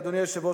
אדוני היושב-ראש,